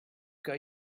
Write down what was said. que